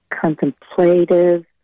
contemplative